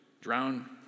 drown